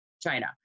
China